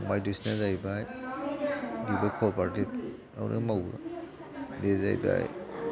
फंबाय दुइसिना जाहैबाय बिबो क' अपारेतिभ आवनो मावो बियो जाहैबाय